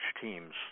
teams